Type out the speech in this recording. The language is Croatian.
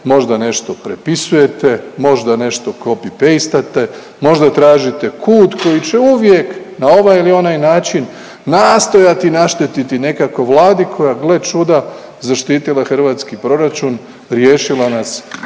možda nešto prepisujete, možda nešto copy-pastate, možda tražite kut koji će uvijek na ovaj ili onaj način nastojati naštetiti nekako Vladi koja gle čuda zaštitila je hrvatski proračun, riješila nas